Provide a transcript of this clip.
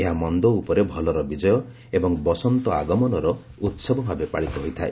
ଏହା ମନ୍ଦ ଉପରେ ଭଲର ବିଜୟ ଏବଂ ବସନ୍ତ ଆଗମନର ଉସବଭାବେ ପାଳିତ ହୋଇଥାଏ